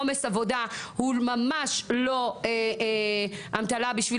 עומס עבודה הוא ממש לא אמתלה בשביל